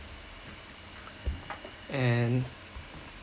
and